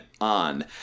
on